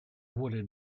воли